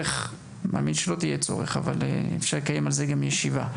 אני מאמין שלא יהיה צורך אבל אפשר גם על זה לקיים ישיבה.